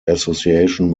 association